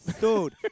Dude